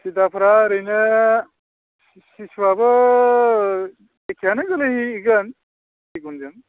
टिथाफ्रा ओरैनो सिसुआबो एखेयानो गोलैहैगोन सिगुनजों